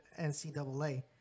NCAA